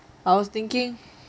I was thinking